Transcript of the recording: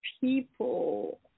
people